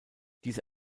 diese